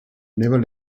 never